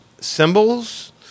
symbols